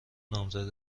نامزد